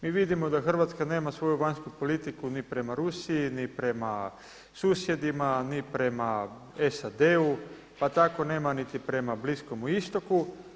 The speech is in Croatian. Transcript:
Mi vidimo da Hrvatska nema svoju vanjsku politiku ni prema Rusiji, ni prema susjedima, ni prema SAD-u, pa tako nema ni prema Bliskomu istoku.